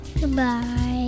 goodbye